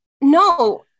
No